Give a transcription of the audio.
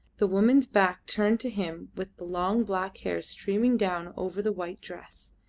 the woman's back turned to him with the long black hair streaming down over the white dress,